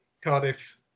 cardiff